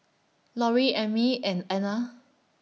Lorrie Emmie and Anna